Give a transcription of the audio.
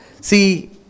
see